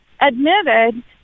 admitted